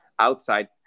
outside